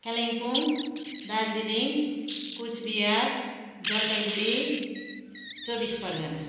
कालिम्पोङ दार्जिलिङ कुचबिहार जलपाइगुडी चौबिस परगना